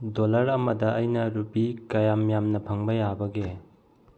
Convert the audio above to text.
dollar ꯑꯃꯗ ꯑꯩꯅ rupee ꯀꯌꯥꯝ ꯌꯥꯝꯅ ꯐꯪꯕ ꯌꯥꯕꯒꯦ